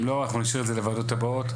אם לא אנחנו נשאיר את זה לוועדות הבאות,